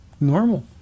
normal